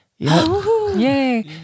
Yay